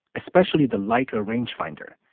especially the lighter rangefinder.